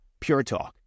PureTalk